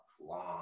long